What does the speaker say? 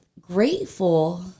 grateful